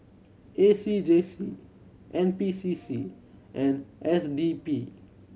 A C J C N P C C and S D P